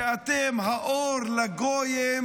שאתם היחידים שהם אור לגויים,